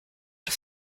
auf